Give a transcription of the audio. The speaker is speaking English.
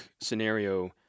scenario